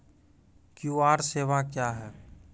QR सेवा क्या हैं?